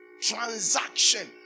Transaction